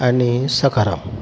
आणि सखाराम